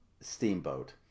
steamboat